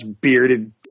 bearded